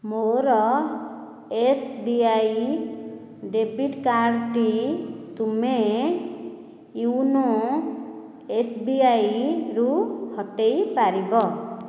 ମୋର S B I debit କାର୍ଡ଼ଟି ତୁମେ ୟୋନୋ ଏସ୍ବିଆଇରୁ ହଟାଇ ପାରିବ